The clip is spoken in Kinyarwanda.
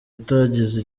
utagize